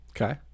Okay